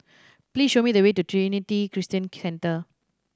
please show me the way to Trinity Christian Centre